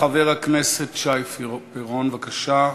חבר הכנסת שי פירון, בבקשה.